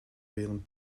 wären